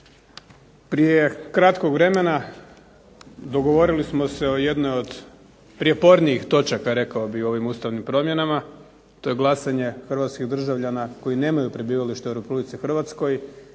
Prije kratkog vremena dogovorili smo se o jednoj od prijepornijih točaka rekao bih u ovim Ustavnim promjenama to je glasovanje hrvatskih državljana koji nemaju prebivalište u RH. Jedan proces koji